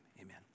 Amen